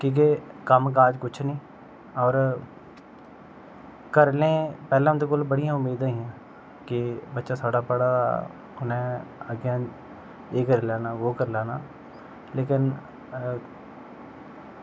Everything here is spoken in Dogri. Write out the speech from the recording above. की के कम्म काज कुछ निं होर करने ई उंदे कोल पैह्लें बड़ियां उम्मीदां हियां की बच्चा साढ़ा पढ़ाऽ दा उनें अग्गें एह् करी लैना वो करी लैना लेकिन